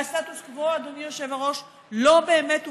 והסטטוס קוו, אדוני היושב-ראש, לא באמת הופר,